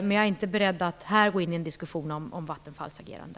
Men jag är inte beredd att här gå in i en diskussion om Vattenfalls agerande.